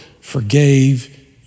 forgave